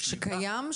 שקיים?